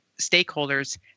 stakeholders